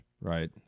right